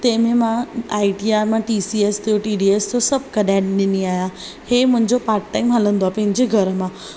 तंहिं में मां आइ टी आर मां T S T D S सभु कढाए ॾींदी आहियां ही मुंहिंजो पार्टटाइम हलंदो आहे पंहिंजे घर मां